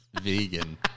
vegan